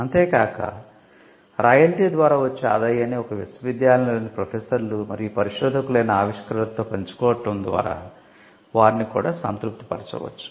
అంతే కాక రాయల్టీ ద్వారా వచ్చే ఆదాయాన్ని ఒక విశ్వవిద్యాలయంలోని ప్రొఫెసర్లు మరియు పరిశోధకులైన ఆవిష్కర్తలతో పంచుకోవడం ద్వారా వారిని కూడా సంతృప్తి పరచవచ్చు